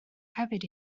hefyd